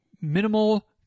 minimal